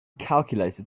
calculator